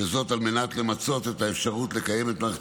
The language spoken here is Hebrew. וזאת על מנת למצות את האפשרות לקיים את מערכת